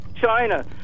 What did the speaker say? China